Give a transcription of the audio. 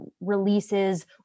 releases